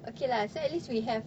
okay lah so at least we have